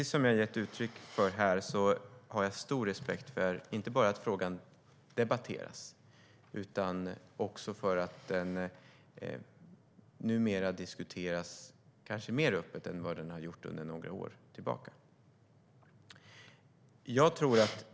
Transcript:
Som jag har gett uttryck för här har jag stor respekt för att frågan inte bara debatteras utan numera också diskuteras mer öppet än under några år tillbaka.